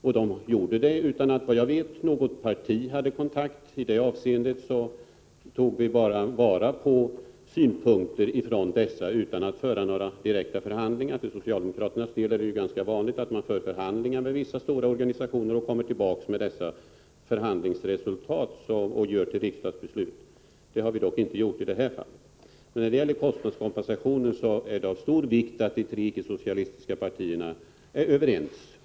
Och det skedde utan att, vad jag vet, något parti hade kontakt. I det avseendet tog vi bara vara på synpunkter från bönderna utan att föra några direkta förhandlingar. För socialdemokraternas del är det ganska vanligt att man för förhandlingar med vissa stora organisationer och kommer tillbaka med förhandlingsresultaten och gör dem till riksdagsbeslut. Det har vi dock inte gjort i det här fallet. Beträffande kostnadskompensationen är det av stor vikt att de tre icke-socialistiska partierna är överens.